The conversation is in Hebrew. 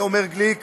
אומר גליק,